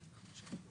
לא